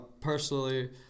personally